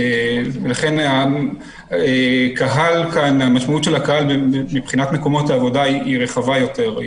לכן המשמעות של קהל כאן מבחינת מקומות העבודה היא רחבה יותר.